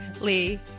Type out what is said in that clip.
Lee